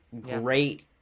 great